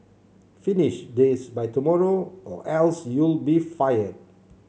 finish this by tomorrow or else you'll be fired